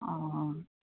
অঁ